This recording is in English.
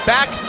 Back